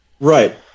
Right